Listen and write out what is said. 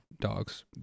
dogs